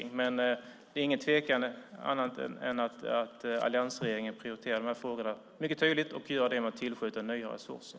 Det är dock ingen tvekan om att alliansregeringen prioriterar dessa frågor mycket tydligt och gör det genom att tillskjuta nya resurser.